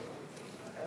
כתומך,